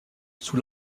sous